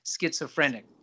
schizophrenic